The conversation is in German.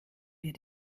wir